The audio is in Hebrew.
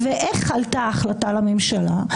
ואיך עלתה ההחלטה הממשלה?